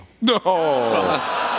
No